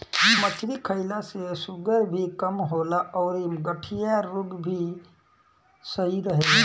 मछरी खईला से शुगर भी कम होला अउरी गठिया रोग में भी सही रहेला